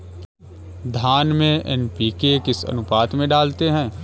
धान में एन.पी.के किस अनुपात में डालते हैं?